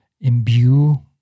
imbue